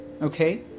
okay